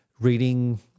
reading